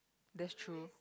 that's true